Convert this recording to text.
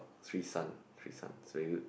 Srisan Srisan is very good